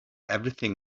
everything